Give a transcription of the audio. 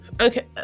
okay